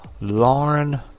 Lauren